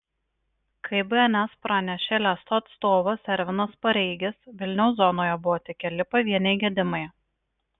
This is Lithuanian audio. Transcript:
kaip bns pranešė lesto atstovas ervinas pareigis vilniaus zonoje buvo tik keli pavieniai gedimai